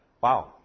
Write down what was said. Wow